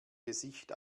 gesicht